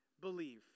believe